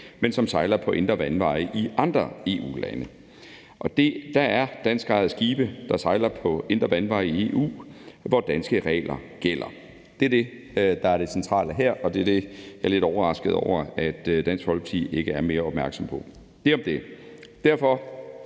men som sejler på indre vandveje i andre EU-lande. Der er danskejede skibe, der sejler på indre vandveje i EU, hvor danske regler gælder. Det er det, der er det centrale her, og det er det, jeg er lidt overrasket over at Dansk Folkeparti ikke er mere opmærksomme på. Nok om det. Derfor